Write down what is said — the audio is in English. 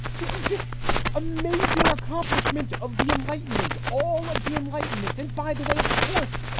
this is just a major accomplishment of the enlightenment, all of the enlightenment. and by the way, of course,